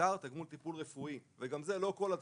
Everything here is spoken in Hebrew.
תט"ר תגמול טיפול רפואי ולא כל התט"ר,